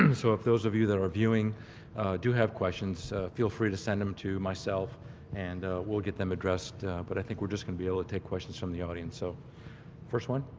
and so if those of you that are viewing do have questions, feel free to send them to myself and we'll get them addressed but i think we're just going to be able to take questions from the audience. so first one?